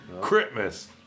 Christmas